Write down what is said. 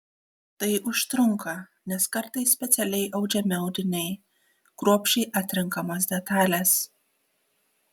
tai užtrunka nes kartais specialiai audžiami audiniai kruopščiai atrenkamos detalės